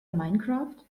minecraft